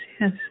yes